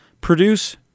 produce